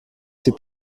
ces